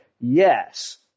Yes